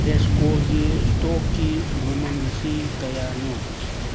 ꯇꯦꯁꯀꯣꯒꯤ ꯏꯁꯇꯣꯛꯀꯤ ꯃꯃꯟ ꯑꯁꯤ ꯀꯌꯥꯅꯣ